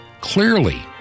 clearly